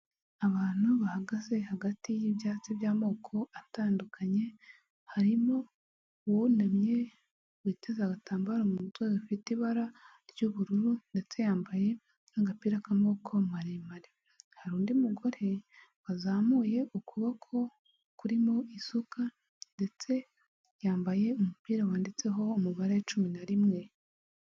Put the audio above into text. Abantu bahagaze hagati y'ibyatsi by'amoko atandukanye, harimo uwunamye witeza agatambaro mu mutwe gafite ibara ry'ubururu, ndetse yambaye n’agapira k'amaboko maremare. Hari undi mugore wazamuye ukuboko kurimo isuka, ndetse yambaye umupira wanditseho umubare cumi na rimwe.